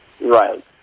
Right